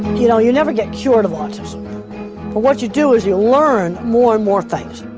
you know, you never get cured of autism, but what you do is you learn more and more things.